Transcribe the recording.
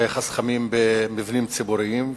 של חסכמים במבנים ציבוריים,